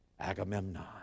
Agamemnon